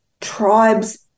tribes